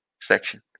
section